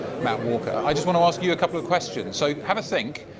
matt walker, i just want to ask you a couple of questions. so have a think.